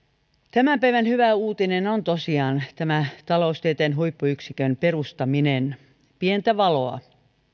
tämän päivän hyvä uutinen on tosiaan tämä taloustieteen huippuyksikön perustaminen pientä valoa